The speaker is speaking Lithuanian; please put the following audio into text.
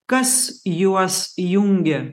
kas juos jungia